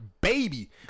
baby